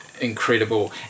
Incredible